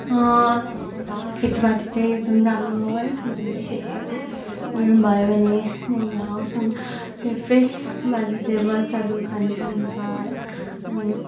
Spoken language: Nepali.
यता खेतीपाती चाहिँ एकदम राम्रो है किनभने खेतीपाती भयो भने यहाँनिर फ्रेस भेजिटेबल्सहरू खानु पाउँछ है अनि